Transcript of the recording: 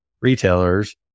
retailers